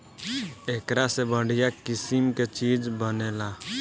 एकरा से बढ़िया किसिम के चीज बनेला